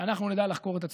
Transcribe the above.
שאנחנו נדע לחקור את עצמנו.